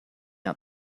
out